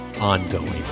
ongoing